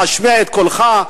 תשמיע את קולך,